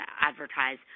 advertise